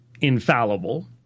infallible